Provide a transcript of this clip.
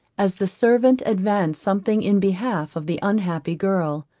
as the servant advanced something in behalf of the unhappy girl.